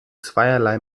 zweierlei